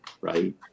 right